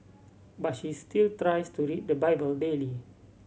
but she still tries to read the Bible daily